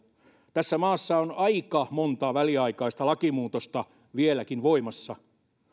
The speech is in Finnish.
tässä maassa on aika monta väliaikaista lakimuutosta vieläkin voimassa